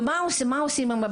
מה עושים?